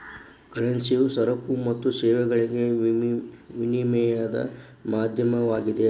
ಕರೆನ್ಸಿಯು ಸರಕು ಮತ್ತು ಸೇವೆಗಳಿಗೆ ವಿನಿಮಯದ ಮಾಧ್ಯಮವಾಗಿದೆ